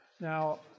Now